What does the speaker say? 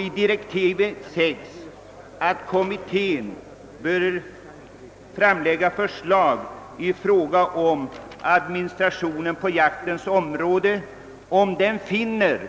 I direktiven sägs, att kommittén bör framlägga förslag i fråga om administrationen på jaktens område, om den finner